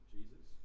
Jesus